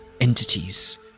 entities